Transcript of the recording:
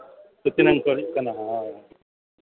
ᱛᱤᱱᱟᱹᱜ ᱦᱳᱭ ᱦᱳᱭ